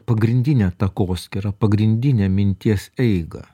pagrindinę takoskyrą pagrindinę minties eigą